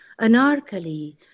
anarchally